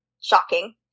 Shocking